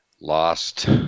lost